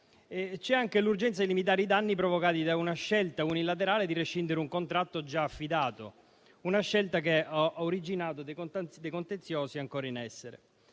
C'è anche l'urgenza di limitare i danni provocati dalla scelta unilaterale di rescindere un contratto già affidato, una scelta che ha originato contenziosi ancora in essere.